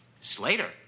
Slater